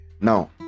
Now